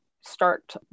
start